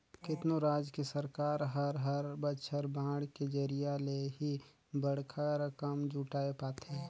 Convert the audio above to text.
केतनो राज के सरकार हर हर बछर बांड के जरिया ले ही बड़खा रकम जुटाय पाथे